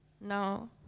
no